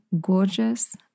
gorgeous